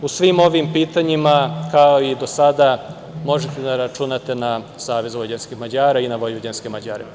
U svim ovim pitanjima, kao i do sada, možete da računate na Savez vojvođanskih Mađara i na vojvođanske Mađare.